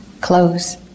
close